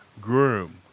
Groom